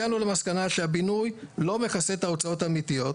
הגענו למסקנה שהבינוי לא מכסה את ההוצאות האמיתיות.